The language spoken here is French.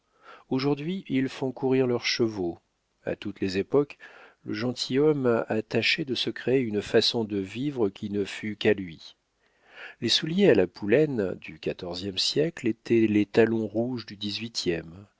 aujourd'hui ils font courir leurs chevaux à toutes les époques le gentilhomme a tâché de se créer une façon de vivre qui ne fût qu'à lui les souliers à la poulaine du quatorzième siècle étaient les talons rouges du dix-huitième